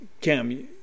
Cam